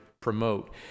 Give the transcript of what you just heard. promote